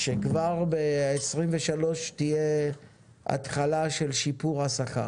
שכבר ב-2023 תהיה התחלה של שיפור השכר.